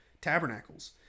tabernacles